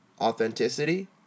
authenticity